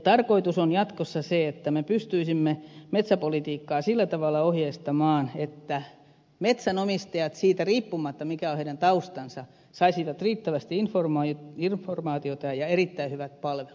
tarkoitus on jatkossa se että me pystyisimme metsäpolitiikkaa sillä tavalla ohjeistamaan että metsänomistajat siitä riippumatta mikä on heidän taustansa saisivat riittävästi informaatiota ja erittäin hyvät palvelut